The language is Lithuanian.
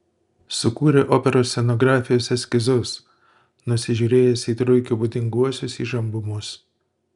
sukūrė operos scenografijos eskizus nusižiūrėjęs į truikio būdinguosius įžambumus